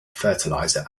fertilizer